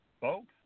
folks